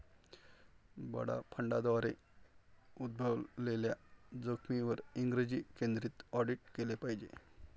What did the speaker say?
बडा फंडांद्वारे उद्भवलेल्या जोखमींवर इंग्रजी केंद्रित ऑडिट केले पाहिजे